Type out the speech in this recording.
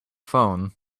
phone